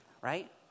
right